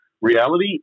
reality